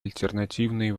альтернативные